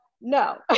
No